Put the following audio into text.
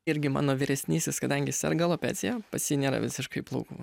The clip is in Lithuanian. irgi mano vyresnysis kadangi serga alopecija pas jį nėra visiškai plaukų